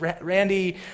Randy